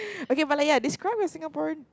okay but like ya describe your Singaporean